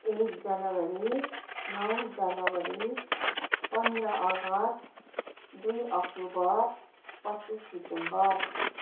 एक जनवरी नौ जनवरी पन्ध्र अगस्त दुइ अक्टोबर पच्चिस दिसम्बर